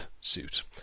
suit